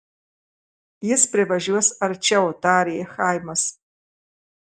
jis privažiuos arčiau tarė chaimas